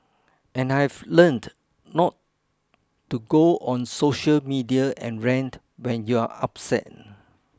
and I've learnt not to go on social media and rant when you're upset